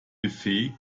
befähigt